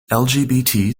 lgbt